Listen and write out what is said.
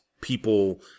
people